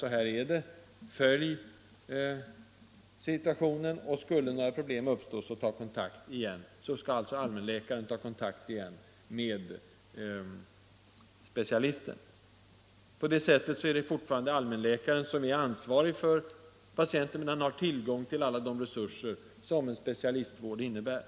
Allmänläkaren skall sedan följa patienten, och om det uppstår några problem kan han ta kontakt Nr 87 igen med specialisten. På det sättet är allmänläkaren hela tiden den an Torsdagen den svarige för patienten, men han har tillgång till de resurser som specia 22 maj 1975 listvården innebär.